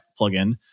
plugin